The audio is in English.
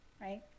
right